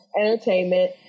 entertainment